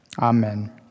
Amen